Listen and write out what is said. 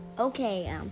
Okay